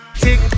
tick